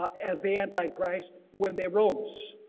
as the antichrist when they rose.